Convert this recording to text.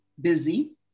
busy